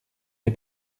les